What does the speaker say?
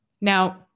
Now